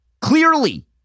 Clearly